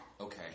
Okay